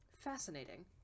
Fascinating